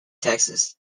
texas